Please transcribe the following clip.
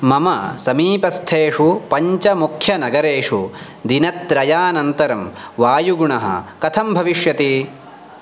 मम समीपस्थेषु पञ्चमुख्यनगरेषु दिनत्रयानन्तरं वायुगुणः कथं भविष्यति